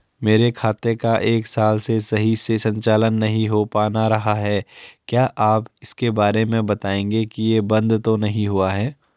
मेरे खाते का एक साल से सही से संचालन नहीं हो पाना रहा है क्या आप इसके बारे में बताएँगे कि ये बन्द तो नहीं हुआ है?